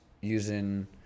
using